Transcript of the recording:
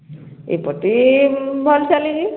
ଏପଟେ ଭଲ ଚାଲିଛି